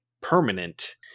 permanent